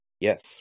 Yes